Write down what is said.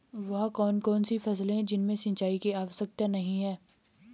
वह कौन कौन सी फसलें हैं जिनमें सिंचाई की आवश्यकता नहीं है?